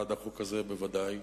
בעד החוק הזה, בוודאי.